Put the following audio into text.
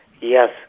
Yes